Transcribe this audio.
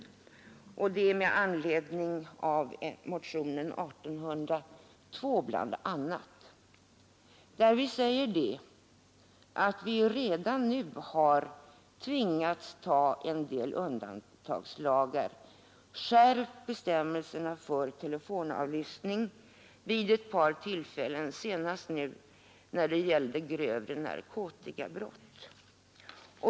Det är bl.a. med anledning av motionen 1802, där vi säger att vi redan nu har tvingats ta en del undantagslagar: skärpning av bestämmelserna för telefonavlyssning vid ett par tillfällen — senast gällde det grövre narkotikabrott.